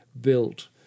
built